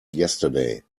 yesterday